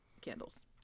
candles